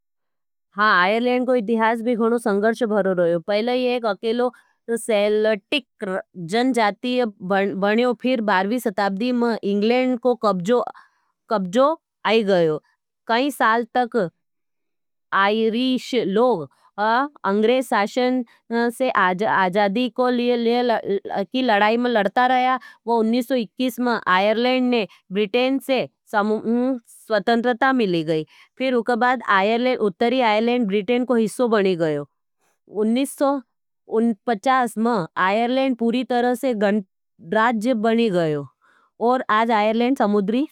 हाँ, आईरलेंड को इतिहास भी गणों संघर्ष भरो रहो। पहले एक अकेलो सेल्टिक जनजाती बन्यों। फिर बारहवी शताब्दी में इंग्लेंड को कब्जों आई गएओ। कई साल तक आईरीश लोग अंग्रेज शासन से आजादी को लिये वो आईरलेंड के लिए की लड़ाई में लड़ता रहा। उन्नीस सौ इक्कीस में आयरलैंड ने ब्रिटेन से स्वतंत्रता मिली। फिर उके बाद आयरलैंड ब्रिटेन का हिस्सा बन गयो। उन्नीस सौ पचास में पूरी तरह से गणराज्य बन गयो।